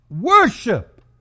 Worship